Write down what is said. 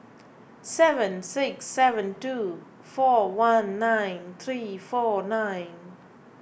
seven six seven two four one nine three four nine